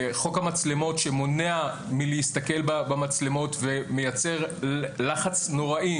חוק המצלמות שמונע מלהסתכל במצלמות ומייצר לחץ נוראי,